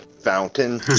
fountain